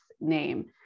name